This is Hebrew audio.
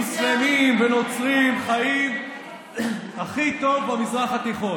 מוסלמים ונוצרים חיים הכי טוב במזרח התיכון.